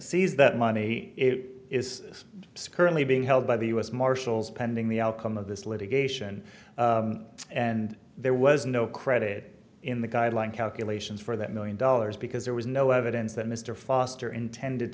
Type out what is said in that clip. sees that money it is it's currently being held by the u s marshals pending the outcome of this litigation and there was no credit in the guideline calculations for that million dollars because there was no evidence that mr foster intended